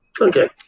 Okay